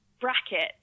bracket